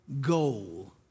goal